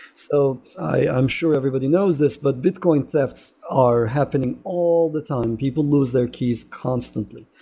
so i'm sure everybody knows this, but bitcoin thefts are happening all the time. people lose their keys constantly.